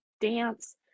dance